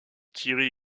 thierry